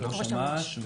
ראש אמ"ש,